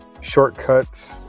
shortcuts